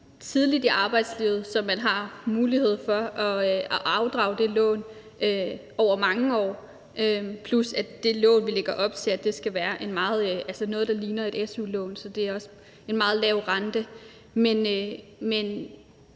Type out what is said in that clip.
tidligt i arbejdslivet, så derfor har man mulighed for at afdrage det lån over mange år – plus at det lån, vi lægger op til, skal være noget, der ligner et su-lån, altså med en meget lav rente.